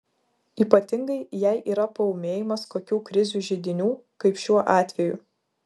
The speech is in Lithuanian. ypatingai jei yra paūmėjimas kokių krizių židinių kaip šiuo atveju